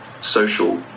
social